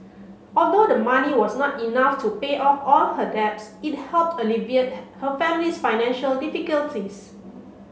although the money was not enough to pay off all her debts it helped alleviate her family's financial difficulties